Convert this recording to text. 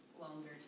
longer